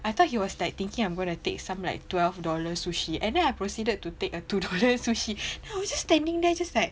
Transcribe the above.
I thought he was like thinking I'm gonna take some like twelve dollars sushi and then I proceeded to take a two dollars sushi I was just standing there just like